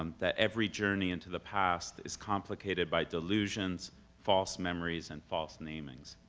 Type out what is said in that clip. um that every journey into the past is complicated by delusions false memories and false namings.